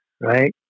right